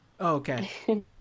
Okay